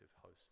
host